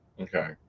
Okay